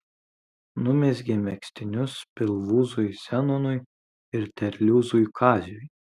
numezgė megztinius pilvūzui zenonui ir terliūzui kaziui